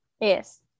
Yes